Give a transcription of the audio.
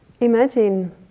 Imagine